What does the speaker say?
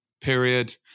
period